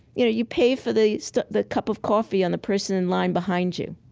you know, you pay for the so the cup of coffee on the person in line behind you.